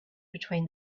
between